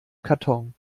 karton